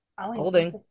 holding